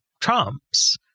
Trump's